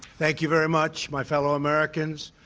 thank you very much, my fellow americans.